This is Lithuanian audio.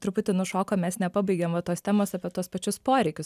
truputį nušokom mes nepabaigėm va tos temos apie tuos pačius poreikius